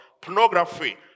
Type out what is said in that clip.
pornography